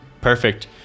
perfect